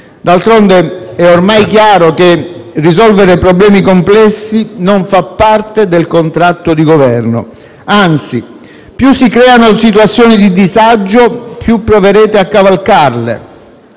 D'altronde, è ormai chiaro che risolvere problemi complessi non fa parte del contratto di Governo; anzi, più si creano situazioni di disagio, più proverete a cavalcarle,